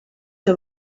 que